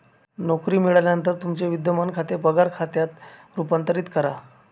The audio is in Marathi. नोकरी मिळाल्यानंतर तुमचे विद्यमान खाते पगार खात्यात रूपांतरित करा